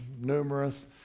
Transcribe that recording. numerous